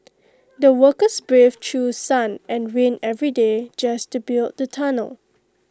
the workers braved through sun and rain every day just to build the tunnel